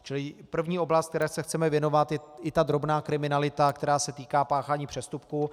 Čili první oblast, které se chceme věnovat, je i ta drobná kriminalita, která se týká páchání přestupků.